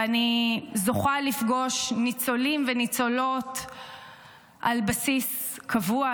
ואני זוכה לפגוש ניצולים וניצולות על בסיס קבוע,